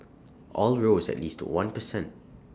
all rose at least one per cent